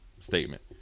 statement